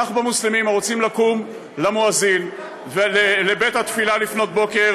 כך מוסלמים הרוצים לקום למואזין ולבית-התפילה לפנות בוקר,